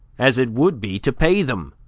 as it would be to pay them,